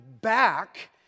back